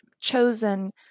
chosen